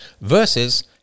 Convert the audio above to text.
versus